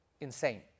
insane